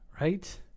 right